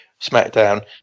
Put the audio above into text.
SmackDown